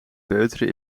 peuteren